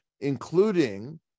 including